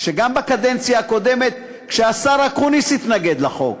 שגם בקדנציה הקודמת, כשהשר אקוניס התנגד לחוק,